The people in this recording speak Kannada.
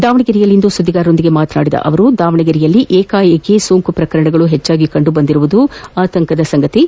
ದಾವಣಗೆರೆಯಲ್ಲಿಂದು ಸುದ್ದಿಗಾರರೊಂದಿಗೆ ಮಾತನಾಡಿದ ಅವರು ದಾವಣಗೆರೆಯಲ್ಲಿ ಏಕಾಏಕಿ ಸೋಂಕು ಪ್ರಕರಣಗಳು ಹೆಚ್ಚಾಗಿ ಕಂಡುಬಂದಿರುವುದು ಕಳವಳ ಉಂಟುಮಾಡಿದೆ